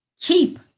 keep